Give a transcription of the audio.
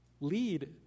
lead